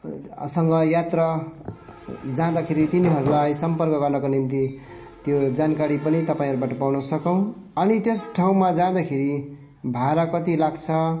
सँग यात्रा जाँदाखेरि तिनीहरूलाई सम्पर्क गर्नको निम्ति त्यो जानकारी पनि तपाईँहरूबाट पाउन सकौँ अनि त्यस ठाउँमा जाँदाखेरि भाडा कति लाग्छ